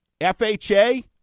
FHA